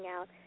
out